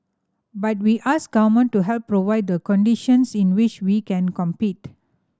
but we ask government to help provide the conditions in which we can compete